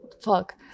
Fuck